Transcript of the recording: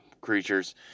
creatures